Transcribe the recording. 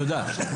תודה,